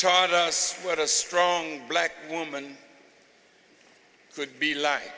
taught us what a strong black woman could be